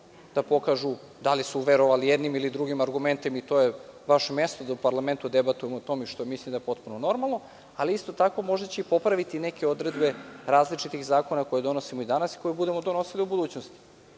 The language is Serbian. da pokažu da li su verovali jednim ili drugim argumentima, i to je baš i mesto da u parlamentu debatujemo o tome, što mislim da je potpuno normalno, ali isto tako možda će i popraviti neke odredbe različitih zakona koje donosimo i danas i koje budemo donosili u budućnosti,